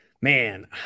Man